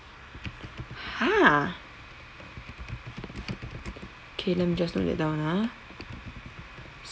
!huh! K let me just note that down ah